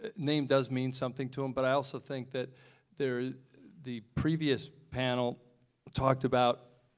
ah name does mean something to him but i also think that the the previous panel talked about